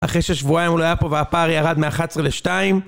אחרי ששבועיים הוא לא היה פה והפער ירד מ-11 ל-2.